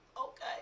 Okay